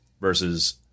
versus